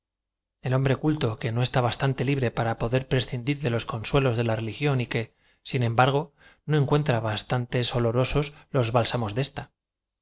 el hombre culto que no está bastante libre para poder prescindir de loa conauelos de la religión y que sin embargo no encuentra bas tante olorosos los bálsamos de ésta